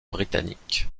britanniques